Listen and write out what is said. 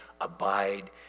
abide